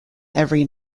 every